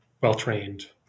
Well-trained